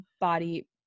body